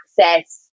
access